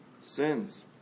sins